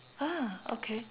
ah okay